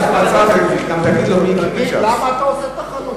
אולי שם בצד גם תגיד לו מי הקים את ש"ס.